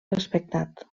respectat